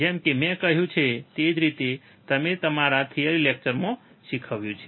જેમ કે મેં કહ્યું છે તે રીતે છે અને મેં તમને મારા થિયરિ લેક્ચરમાં શીખવ્યું છે